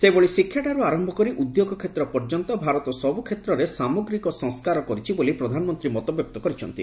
ସେହିଭଳି ଶିକ୍ଷାଠାରୁ ଆରମ୍ଭ କରି ଉଦ୍ୟୋଗ କ୍ଷେତ୍ର ପର୍ଯ୍ୟନ୍ତ ଭାରତ ସବୁ କ୍ଷେତ୍ରରେ ସାମଗ୍ରୀକ ସଂସ୍କାର କରିଛି ବୋଲି ପ୍ରଧାନମନ୍ତ୍ରୀ ମତବ୍ୟକ୍ତ କରିଛନ୍ତି